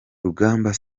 rugamba